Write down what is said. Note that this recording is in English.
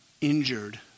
injured